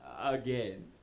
again